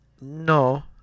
no